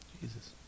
Jesus